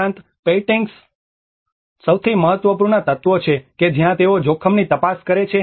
ઉપરાંત પેઇન્ટિંગ્સ સૌથી મહત્વપૂર્ણ તત્વો છે કે જ્યાં તેઓ જોખમની તપાસ કરે છે